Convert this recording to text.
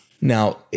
Now